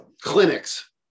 clinics